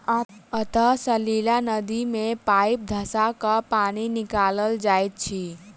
अंतः सलीला नदी मे पाइप धँसा क पानि निकालल जाइत अछि